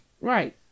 Right